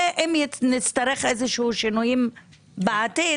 ואם נצטרך שינויים כלשהם בעתיד,